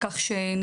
ענבר בזק, וגם